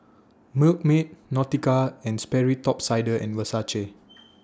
Milkmaid Nautica and Sperry Top Sider and Versace